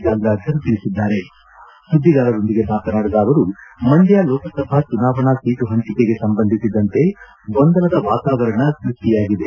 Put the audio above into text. ಗಂಗಾಧರ್ ತಿಳಿಸಿದ್ದಾರೆ ಸುದ್ದಿಗಾರರೊಂದಿಗೆ ಮಾತನಾಡಿದ ಅವರು ಮಂಡ್ಯ ಲೋಕಸಭಾ ಚುನಾವಣೆ ಸೀಟು ಪಂಚಿಕೆಗೆ ಸಂಬಂಧಿಸಿದಂತೆ ಗೊಂದಲದ ವಾತಾವರಣ ಸೃಷ್ಠಿಯಾಗಿದೆ